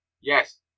Yes